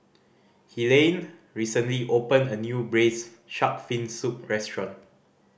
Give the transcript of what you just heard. Helaine recently opened a new Braised Shark Fin Soup restaurant